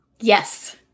Yes